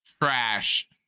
Trash